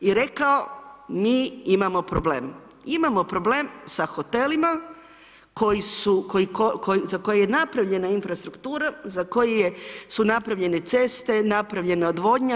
I rekao mi imamo problem, imamo problem sa hotelima koji su, za koje je napravljena infrastruktura, za koje su napravljene ceste, napravljena odvodnja.